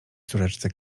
córeczce